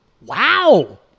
Wow